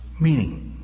meaning